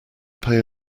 pay